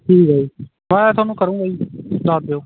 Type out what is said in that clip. ਠੀਕ ਹੈ ਜੀ ਮੈਂ ਤੁਹਾਨੂੰ ਕਰਾਂਗਾ ਜੀ ਦੱਸ ਦਿਓ